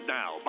now